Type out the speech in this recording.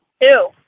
Two